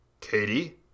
Katie